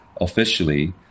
officially